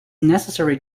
necessary